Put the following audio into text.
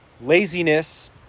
Laziness